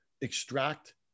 extract